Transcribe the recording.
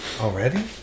Already